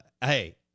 hey